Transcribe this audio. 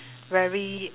very